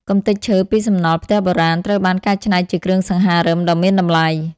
កម្ទេចឈើពីសំណល់ផ្ទះបុរាណ ត្រូវបានកែច្នៃជាគ្រឿងសង្ហារឹមដ៏មានតម្លៃ។